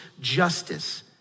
justice